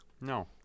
no